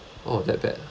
oh that bad ah